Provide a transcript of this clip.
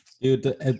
Dude